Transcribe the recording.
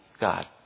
God